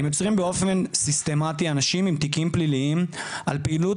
הם מייצרים באופן סיסטמתי אנשים עם תיקים פליליים על פעילות